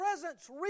presence